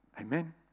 amen